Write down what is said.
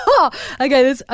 Okay